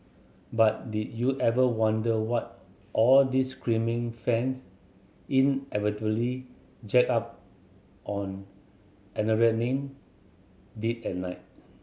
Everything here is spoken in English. but did you ever wonder what all these screaming fans inevitably jacked up on adrenaline did at night